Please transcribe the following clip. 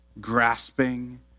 grasping